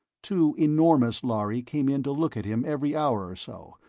two enormous lhari came in to look at him every hour or so,